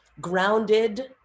grounded